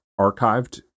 archived